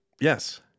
Yes